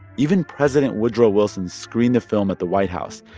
even president woodrow wilson screened the film at the white house.